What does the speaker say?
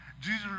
Jesus